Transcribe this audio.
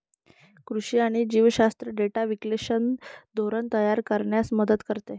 कृषी आणि जीवशास्त्र डेटा विश्लेषण धोरण तयार करण्यास मदत करते